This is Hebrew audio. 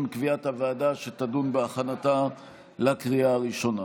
קביעת הוועדה שתדון בהכנתה לקריאה הראשונה.